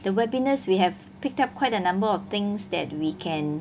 the webinars we have picked up quite a number of things that we can